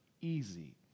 easy